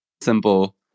simple